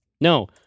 No